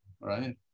right